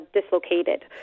dislocated